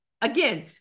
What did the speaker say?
again